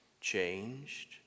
changed